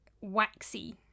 waxy